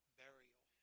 burial